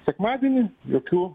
sekmadienį jokių